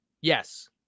Yes